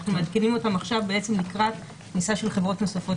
אנחנו מעדכנים עכשיו בעצם לקראת כניסה של חברות נוספות